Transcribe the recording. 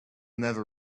never